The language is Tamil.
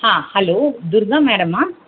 ஆ ஹலோ துர்கா மேடம்மா